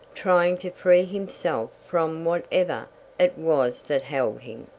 trying to free himself from whatever it was that held him.